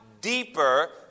deeper